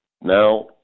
Now